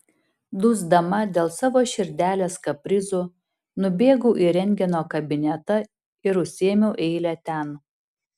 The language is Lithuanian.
dusdama dėl savo širdelės kaprizų nubėgau į rentgeno kabinetą ir užsiėmiau eilę ten